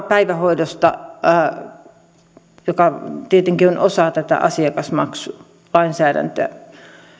päivähoidosta joka tietenkin on osa tätä asiakasmaksulainsäädäntöä